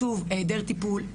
העדר טיפול,